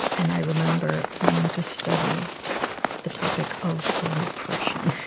and i remember wanting to study the topic of repression.